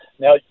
Now